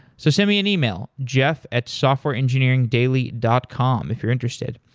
so send me an email, jeff at softwareengineeringdaily dot com if you're interested.